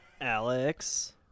Alex